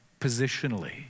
positionally